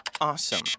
awesome